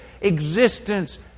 existence